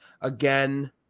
Again